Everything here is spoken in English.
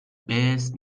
best